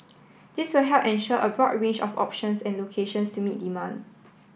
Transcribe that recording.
this will help ensure a broad range of options and locations to meet demand